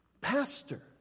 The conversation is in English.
pastor